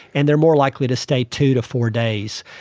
and they are more likely to stay two to four days.